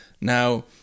Now